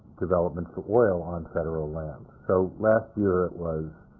development for oil on federal lands. so last year it was